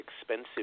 expensive